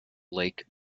lake